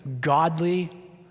godly